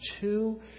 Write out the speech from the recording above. two